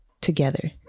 together